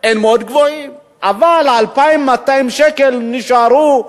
מאוד גבוהות, אבל ה-2,200 שקל נשארו.